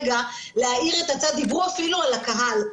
דיברו אפילו על הקהל,